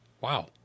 wow